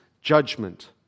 judgment